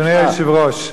אדוני היושב-ראש,